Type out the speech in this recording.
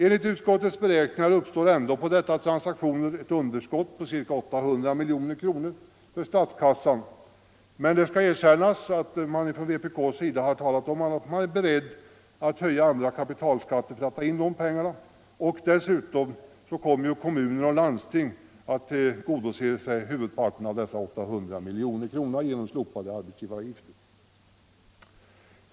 Enligt utskottets beräkningar uppstår ändå på dessa transaktioner ett underskott på ca 800 miljoner kronor för statskassan. Det skall dock erkännas att det från vpk:s sida uttalats att man är beredd att höja andra kapitalskatter för att ta in dessa pengar. Dessutom kommer huvudparten av de 800 miljonerna kommuner och landsting till godo genom att de slipper erlägga arbetsgivaravgifter.